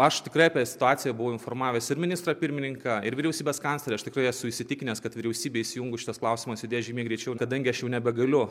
aš tikrai apie situaciją buvo informavęs ir ministrą pirmininką ir vyriausybės kanclerį aš tikrai esu įsitikinęs kad vyriausybei įsijungus šitas klausimas judės žymiai greičiau kadangi aš jau nebegaliu